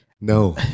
no